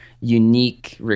unique